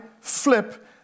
flip